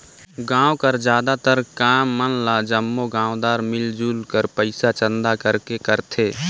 गाँव कर जादातर काम मन ल जम्मो गाँवदार मिलजुल कर पइसा चंदा करके करथे